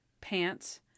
pants